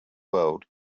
world